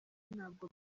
ntabwo